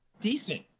decent